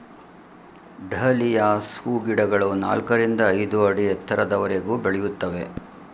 dahlias ಹೂಗಿಡಗಳು ನಾಲ್ಕರಿಂದ ಐದು ಅಡಿ ಎತ್ತರದವರೆಗೂ ಬೆಳೆಯುತ್ತವೆ